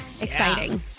exciting